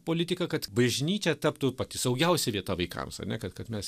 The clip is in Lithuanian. politiką kad bažnyčia taptų pati saugiausia vieta vaikams ane kad kad mes